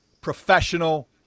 professional